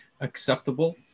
acceptable